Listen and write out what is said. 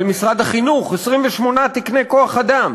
על משרד החינוך, 28 תקני כוח-אדם.